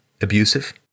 abusive